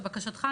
לבקשתך,